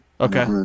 Okay